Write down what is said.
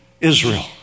Israel